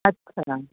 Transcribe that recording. अछा